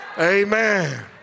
Amen